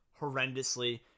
horrendously